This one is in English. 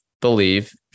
believe